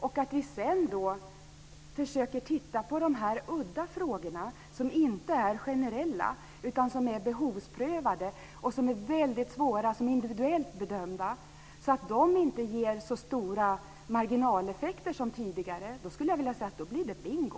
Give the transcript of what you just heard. Sedan får vi försöka titta på de udda frågor som inte är generella - de är behovsprövade, individuellt bedömda och väldigt svåra - så att de inte ger så stora marginaleffekter som tidigare. Då skulle jag vilja säga att det blir bingo.